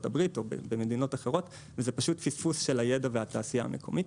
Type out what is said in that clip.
הברית או במדינות אחרות וזה פשוט פספוס של הידע והתעשייה המקומית.